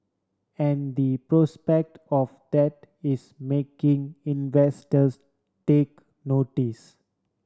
and the prospect of that is making investors take notice